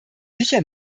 sicher